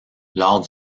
lors